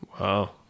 Wow